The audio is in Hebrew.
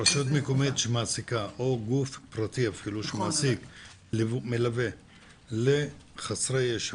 רשות מקומית או גוף פרטי שמעסיקים מלווה בהסעה לחסרי ישע,